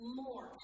more